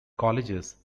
colleges